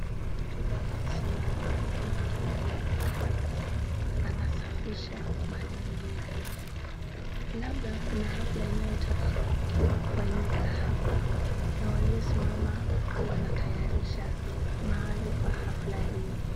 Kuna watu wamesimama huku mwingine anaonekana kuwa anasafisha mazingira. Labda kuna hafla inayotaka kufanyika hapa na waliosimama wanatayarisha mahali pa hafla hiyo.